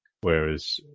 Whereas